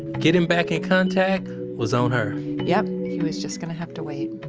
getting back in contact was on her yep. he was just going to have to wait.